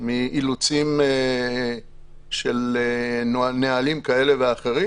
על אילוצים של נהלים כאלה ואחרים.